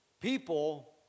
People